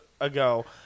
ago